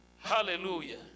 Hallelujah